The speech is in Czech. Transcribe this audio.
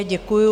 Děkuju.